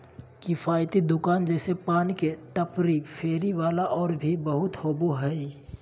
किफ़ायती दुकान जैसे पान के टपरी, फेरी वाला और भी बहुत होबा हइ